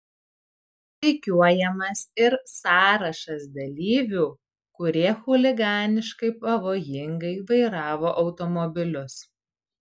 rikiuojamas ir sąrašas dalyvių kurie chuliganiškai pavojingai vairavo automobilius